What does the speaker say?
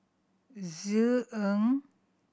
Ng